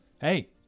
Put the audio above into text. Hey